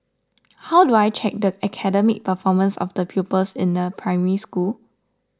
how do I check the academic performance of the pupils in a Primary School